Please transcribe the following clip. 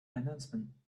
enhancement